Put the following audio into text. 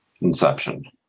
inception